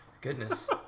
goodness